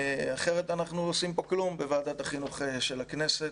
אחרת אנחנו לא עושים פה כלום בוועדת החינוך של הכנסת,